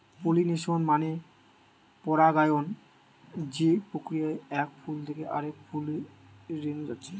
pollination মানে পরাগায়ন যে প্রক্রিয়ায় এক ফুল থিকে আরেক ফুলে রেনু যাচ্ছে